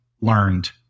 learned